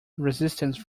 resistance